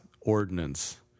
ordinance